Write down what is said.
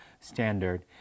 standard